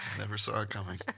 never saw it coming.